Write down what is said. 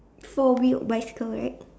four wheeled bicycle right